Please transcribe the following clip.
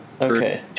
Okay